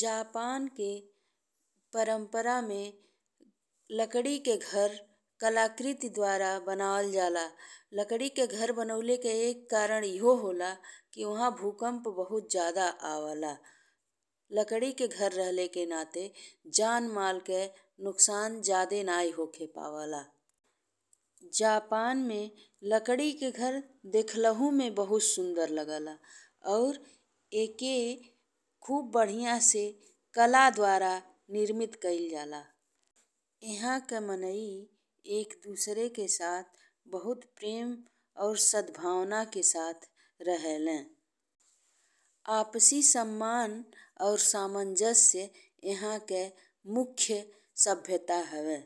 Japan के परंपरा में लकड़ी के घर कलाकृति द्वारा बनावल जाला। लकड़ी के घर बनावेले के एक कारण एहू होला कि ओहां भूकंप बहुत जादे आवला। लकड़ी के घर रहले के नाते जन माल के नुकसान जादे नहीं होये पावला। जापान में लकड़ी के घर देखलहू में बहुत सुंदर लागला अउर एके खूब बढ़िया से कला द्वारा निर्मित कईल जाला। इहाँ के माने एक-दूसरे के साथ बहुत प्रेम और सम्भावना के साथ रहले। आपसी सम्मान और सामंजस्य इहाँ के मुख्या सभ्यता हवे।